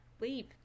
leave